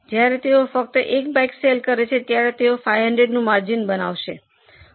જ્યારે તેઓ ફક્ત 1 બાઇક સેલ કરે છે ત્યારે તેઓ 500 નું માર્જિન બનાવશે